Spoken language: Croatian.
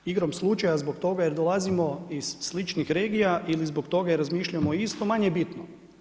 Igrom slučaja zbog toga jer dolazimo iz sličnih regija, ili zbog toga jer razmišljamo isto, manje je bitno.